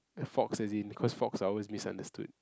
a fox as in cause fox are always misunderstood